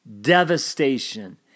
devastation